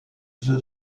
the